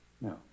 No